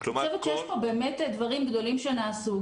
אני חושבת שיש פה באמת דברים גדולים שנעשו,